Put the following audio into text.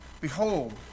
behold